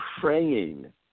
praying